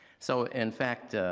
so, in fact,